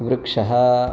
वृक्षः